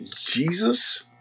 Jesus